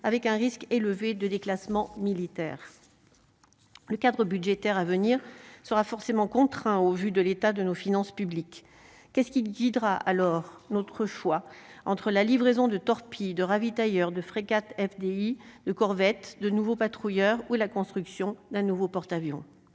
avec un risque élevé de déclassement militaire le cadre budgétaire à venir sera forcément contraints au vu de l'état de nos finances publiques qu'est-ce qui guidera alors notre choix entre la livraison de torpilles de ravitailleurs de frégates FDI de corvettes, de nouveaux patrouilleurs ou la construction d'un nouveau porte-avions